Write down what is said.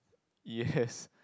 yes